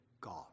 God